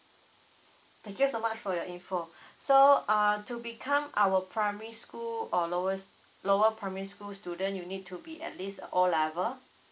thank you so much for your info so err to become our primary school or lowest lower primary school student you need to be at least a O level